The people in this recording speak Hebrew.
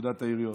פקודת העיריות.